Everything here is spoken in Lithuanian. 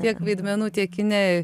tiek vaidmenų tiek kine